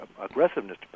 aggressiveness